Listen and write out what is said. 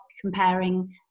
comparing